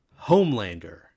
Homelander